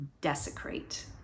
desecrate